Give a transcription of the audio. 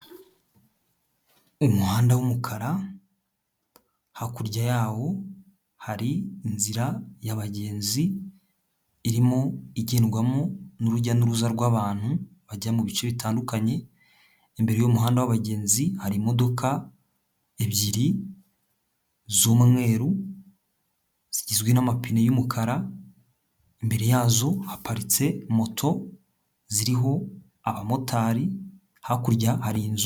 Umuhanda w'umukara, hakurya yawo hari inzira yabagenzi irimo igendwamo n'urujya n'uruza rw'abantu bajya mu bice bitandukanye, imbere y'umuhanda w'abagenzi hari imodoka ebyiri z'umweru zigizwe n'amapine y'umukara, imbere yazo haparitse moto ziriho abamotari, hakurya hari inzu.